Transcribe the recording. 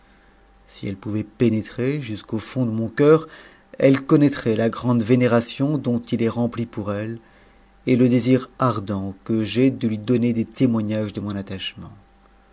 si elle pm'vait pénétrer jusqu'au fond de mon cœur elle connattrait la g'a'un vénération dont il est rempli pour elle et le désir ardent que j'ai donner des témoignages de mon attachement